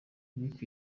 lick